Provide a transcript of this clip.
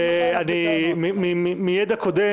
מידע קודם,